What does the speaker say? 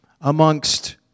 amongst